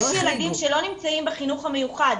יש ילדים שלא נמצאים בחינוך המיוחד,